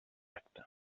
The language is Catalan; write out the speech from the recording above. acte